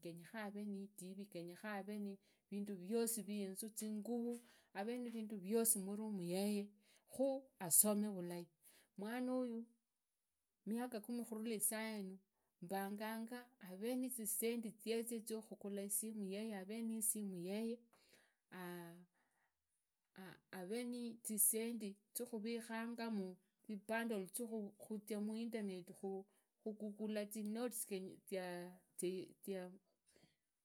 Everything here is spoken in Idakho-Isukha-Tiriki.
Genyekha haveee itiri, qenyekhaa haveee niriduu vyosi zinyuvuu, haveee nivindu viosi murumu yeye, kha hasome vulai mwanoyu miaka kumi khurula sainu, mbanganya haveee nizisendi ziezie ziakhugula isimu yeye haveee nisimu yeye, a avee nizisendi zia khunikhangama zibundle ziakhuzia muinternet, khugoogle zinotes